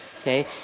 okay